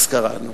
אזכרה.